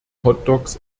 hotdogs